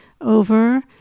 over